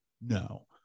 no